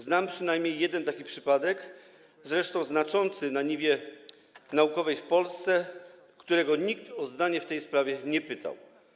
Znam przynajmniej jeden taki instytut, zresztą znaczący na niwie naukowej w Polsce, którego nikt o zdanie w tej sprawie nie pytał.